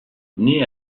née